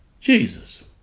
Jesus